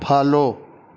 follow